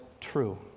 true